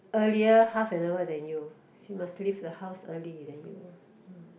earlier half an hour than you she must leave the house early than you mm